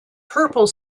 purple